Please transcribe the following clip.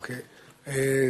מאה אחוז.